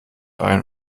ein